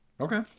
Okay